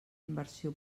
inversió